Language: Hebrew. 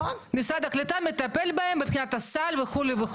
משרד הקליטה מטפל בהם מבחינת הסל וכולי.